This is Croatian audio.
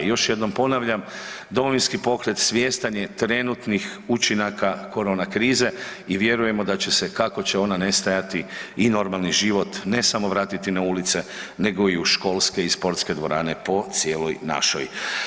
Još jednom ponavljam, Domovinski pokret svjestan je trenutnih učinaka korona krize i vjerujemo da će se kako će ona nestajati i normalni život ne samo vratiti na ulice nego i u školske i sportske dvorane po cijeloj našoj.